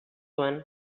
zuen